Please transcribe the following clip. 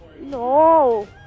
No